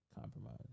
Compromise